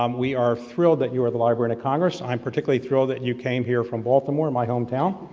um we are thrilled that you are the librarian of congress, i am particular thrilled that you came here from baltimore, my home town,